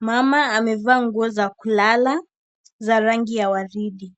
mama amevaa nguo za kulala za rangi ya waridi.